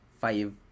five